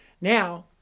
Now